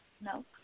No